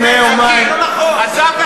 מיקי, אז אף אחד לא מקצץ?